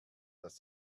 das